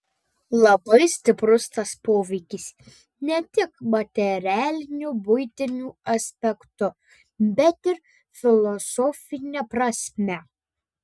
labai stiprus tas poveikis ne tik materialiniu buitiniu aspektu bet ir filosofine prasme